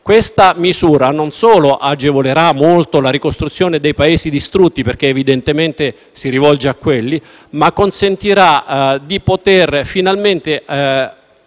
Questa misura non solo agevolerà molto la ricostruzione dei paesi distrutti, perché evidentemente si rivolge a quelli, ma consentirà finalmente